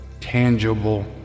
tangible